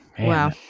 Wow